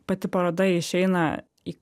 pati paroda išeina į